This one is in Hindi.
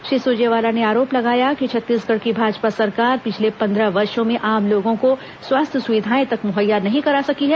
श्री सुरजेवाला ने आरोप लगाया कि छत्तीसगढ़ की भाजपा सरकार पिछले पंद्रह वर्षों में आम लोगों को स्वास्थ्य सुविधाएं तक मुहैया नहीं करा सकी है